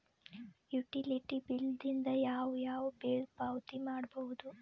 Utility bill ದಿಂದ ಯಾವ ಯಾವ ಬಿಲ್ ಪಾವತಿ ಮಾಡಬಹುದು?